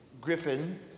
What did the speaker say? Griffin